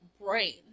brain